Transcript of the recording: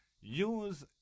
use